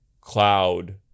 cloud